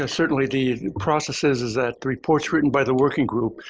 yeah certainly. the processes is that the reports written by the working group,